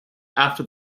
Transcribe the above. after